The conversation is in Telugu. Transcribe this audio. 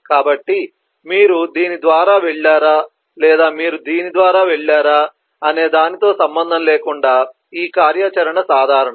కాబట్టి మీరు దీని ద్వారా వెళ్ళారా లేదా మీరు దీని ద్వారా వెళ్ళారా అనే దానితో సంబంధం లేకుండా ఈ కార్యాచరణ సాధారణం